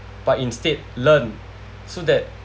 but instead learn so that